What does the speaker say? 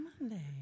Monday